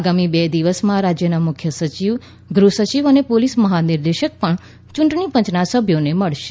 આગામી બે દિવસમાં રાજ્યના મુખ્ય સચિવ ગૃહ સચિવ અને પોલીસ મહાનિર્દેશક પણ યૂંટણી પંયના સભ્યોને મળશે